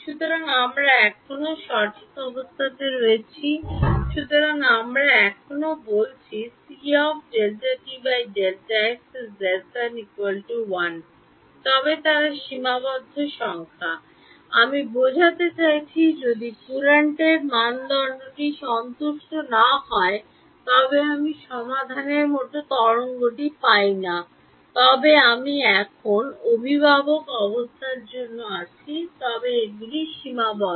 সুতরাং আমরা এখনও সঠিক অবস্থাতে রয়েছি সুতরাং আমরা এখনও বলছি যে তবে তারা সীমাবদ্ধ সংখ্যা আমি বোঝাতে চাইছি যদি কুরেন্টের মানদণ্ডটি সন্তুষ্ট না হয় তবে আমি সমাধানের মতো তরঙ্গটি পাই না তবে এখন আমি অভিভাবক অবস্থার মধ্যে আছি তবে এগুলি সীমাবদ্ধ